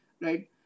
right